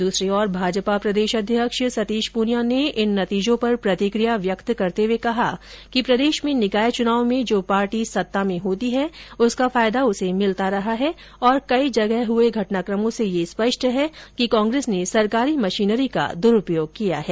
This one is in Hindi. दूसरी ओर भाजपा प्रदेशाध्यक्ष सतीश पूनिया ने इन नतीजों पर प्रतिक्रिया व्यक्त करते हुए कहा कि प्रदेश में निकाय चुनाव में जो पार्टी सत्ता में होती है उसका फायदा उसे मिलता रहा है और कई जगह हुए घटनाक़मों से यह स्पष्ट है कि कांग्रेस ने सरकारी मशीनरी का दुरूपयोग किया है